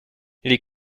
les